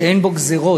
שאין בו גזירות.